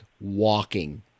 walking